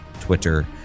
Twitter